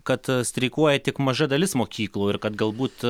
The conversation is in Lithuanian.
kad streikuoja tik maža dalis mokyklų ir kad galbūt